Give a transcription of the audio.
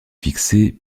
fixé